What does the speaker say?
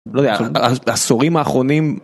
לא יודע, בעשורים האחרונים